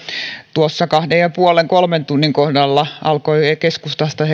tuossa kaksi pilkku viisi viiva kolmen tunnin kohdalla alkoivat keskustasta